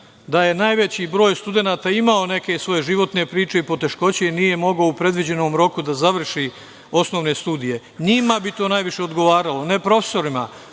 da je najveći broj studenata imao neke svoje životne priče i poteškoće i nije mogao u predviđenom roku da završi osnovne studije. Njima bi to najviše odgovaralo, ne profesorima,